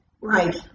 Right